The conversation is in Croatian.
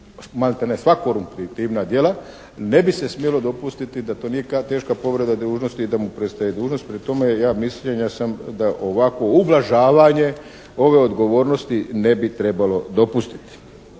sva korumptivna djela, ne bi se smjelo dopustiti da to nije teška povreda dužnosti i da mu prestaje dužnost. Prema tome, ja mišljenja sam da ovako ublažavanje ove odgovornosti ne bi trebalo dopustiti.